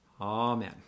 amen